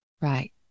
Right